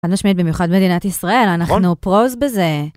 אל, תשמעי, במיוחד מדינת ישראל, אנחנו pros בזה.